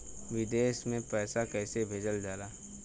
विदेश में पैसा कैसे भेजल जाला?